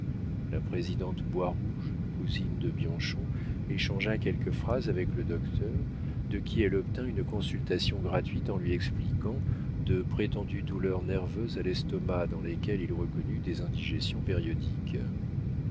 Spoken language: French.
la présidente boirouge cousine de bianchon échangea quelques phrases avec le docteur de qui elle obtint une consultation gratuite en lui expliquant de prétendues douleurs nerveuses à l'estomac dans lesquelles il reconnut des indigestions périodiques